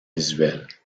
visuels